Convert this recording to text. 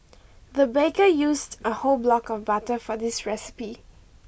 the baker used a whole block of butter for this recipe